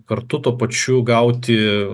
kartu tuo pačiu gauti